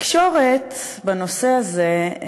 התקשורת בנושא הזה,